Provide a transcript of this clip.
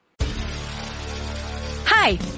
Hi